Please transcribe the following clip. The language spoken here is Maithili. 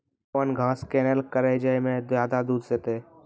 कौन घास किनैल करिए ज मे ज्यादा दूध सेते?